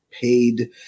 paid